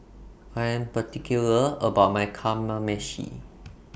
I Am particular about My Kamameshi